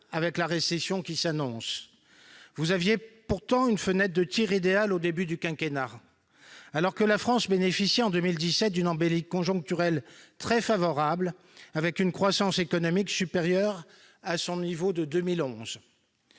avec la récession qui s'annonce. Vous aviez pourtant une fenêtre de tir idéale au début du quinquennat, alors que la France bénéficiait, en 2017, d'une embellie conjoncturelle très favorable, avec une croissance économique supérieure à son niveau de 2011.